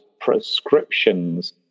prescriptions